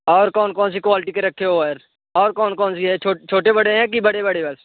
और कौन कौन सी क्वालिटी के रखे हो यार और कौन कौन सी है छोटे बड़े हैं कि बड़े बड़े बस